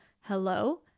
hello